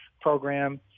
program